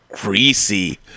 greasy